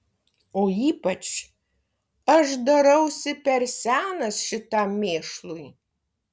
o ypač aš darausi per senas šitam mėšlui